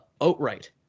outright